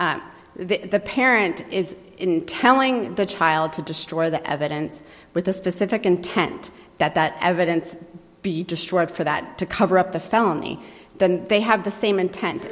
the the parent is in telling the child to destroy the evidence with the specific intent that that evidence be destroyed for that to cover up the phony than they have the same intent